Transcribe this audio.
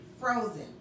frozen